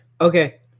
Okay